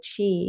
Chi